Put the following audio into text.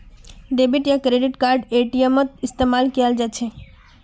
debit या credit card एटीएमत इस्तेमाल कियाल जा छ